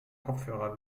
kopfhörer